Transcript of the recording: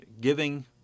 giving